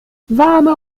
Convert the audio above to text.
warme